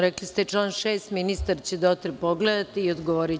Rekli ste član 6, ministar će dotle pogledati i odgovoriće vam.